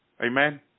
Amen